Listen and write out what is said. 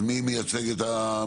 אז מי מייצג את המשרד?